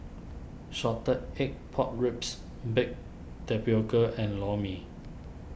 Salted Egg Pork Ribs Baked Tapioca and Lor Mee